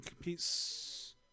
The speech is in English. Peace